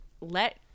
let